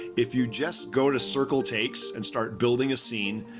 if you just go to circle takes and start building a scene,